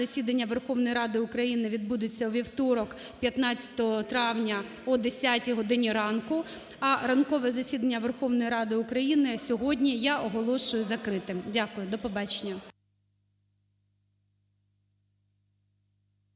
засідання Верховної Ради України відбудеться у вівторок, 15 травня, о 10 годині ранку. А ранкове засідання Верховної Ради України сьогодні я оголошую закритим. Дякую. До побачення.